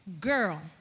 girl